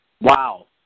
Wow